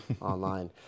online